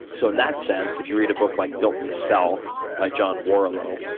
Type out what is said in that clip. so in that sense, if you read a book like built to sell by john warlow,